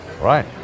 right